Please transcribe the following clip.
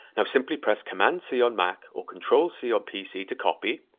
now simply press command c on mac or control c on pc to copy,